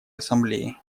ассамблеи